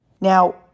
Now